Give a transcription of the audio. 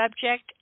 subject